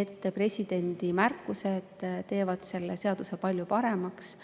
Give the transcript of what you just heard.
et presidendi märkused teevad selle seaduse palju paremaks,